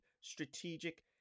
strategic